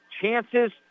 chances